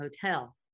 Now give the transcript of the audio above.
Hotel